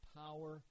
power